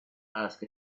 ask